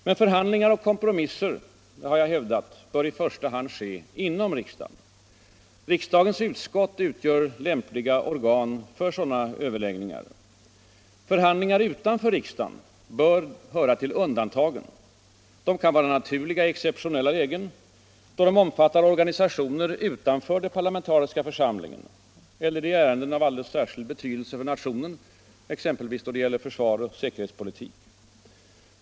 Men förhandlingar och kompromisser bör — det har jag hävdat — i första hand ske inom riksdagen. Riksdagens utskott utgör lämpliga organ för sådana överläggningar. Förhandlingar utanför riksdagen bör höra till undantagen. De kan vara naturliga i exceptionella lägen då de omfattar organisationer utanför den parlamentariska församlingen eller i ärenden av alldeles särskild betydelse för nationen, exempelvis då det gäller försvar och säkerhetspolitik.